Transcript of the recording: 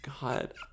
god